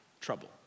trouble